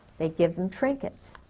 they'd give them trinkets.